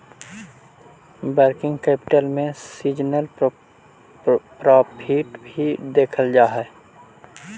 working capital में seasonal profit भी देखल जा हई